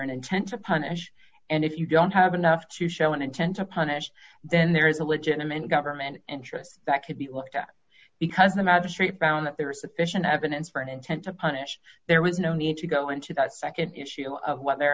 an intent to punish and if you don't have enough to show an intent to punish then there is a legitimate government interest that could be looked at because the magistrate found that there is sufficient evidence for an intent to punish there was no need to go into that nd issue of whether or